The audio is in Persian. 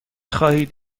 خواهید